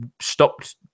stopped